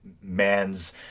man's